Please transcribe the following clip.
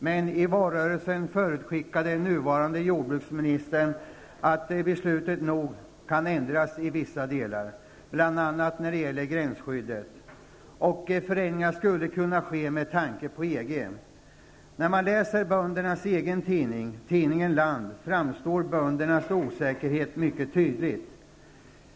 Men i valrörelsen förutskickade den nuvarande jordbruksministern att beslutet nog kunde ändras i vissa delar, bl.a. när det gäller gränsskyddet. Förändringar skulle kunna ske med tanke på EG. När man läser böndernas egen tidning, tidningen Land, framstår böndernas osäkerhet mycket tydligt.